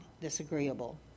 disagreeable